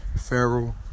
Feral